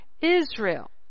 Israel